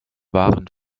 waren